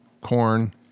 corn